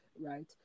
right